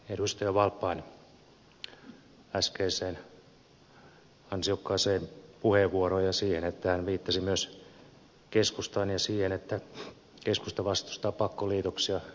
valppaan äskeiseen ansiokkaaseen puheenvuoroon ja siihen että hän viittasi myös keskustaan ja siihen että keskusta vastustaa pakkoliitoksia